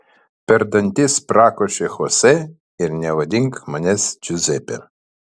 per dantis prakošė chose ir nevadink manęs džiuzepe